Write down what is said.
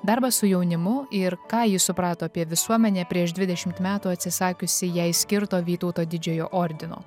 darbą su jaunimu ir ką ji suprato apie visuomenę prieš dvidešimt metų atsisakiusi jai skirto vytauto didžiojo ordino